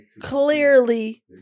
Clearly